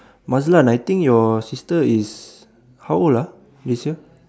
Mazlan I think your sister is how old ah this year